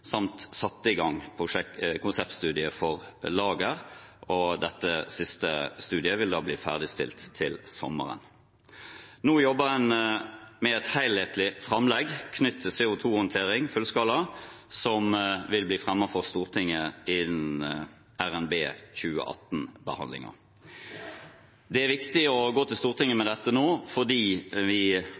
samt satt i gang konseptstudier for lager. Dette siste studiet vil bli ferdigstilt til sommeren. Nå jobber en med et helhetlig framlegg knyttet til fullskala CO 2 -håndtering, som vil bli fremmet for Stortinget innen RNB 2018-behandlingen. Det er viktig å gå til Stortinget med dette nå, fordi vi